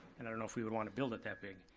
and i don't know if we would wanna build it that big.